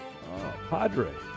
Padre